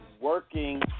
working